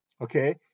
Okay